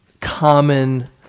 common